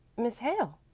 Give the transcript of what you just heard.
miss hale.